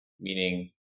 meaning